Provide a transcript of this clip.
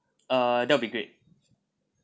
uh that will be great